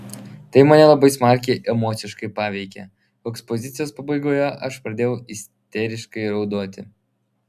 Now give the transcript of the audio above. tai mane labai smarkiai emociškai paveikė o ekspozicijos pabaigoje aš pradėjau isteriškai raudoti